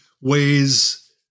ways